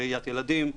ראיית ילדים.